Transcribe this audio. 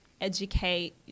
educate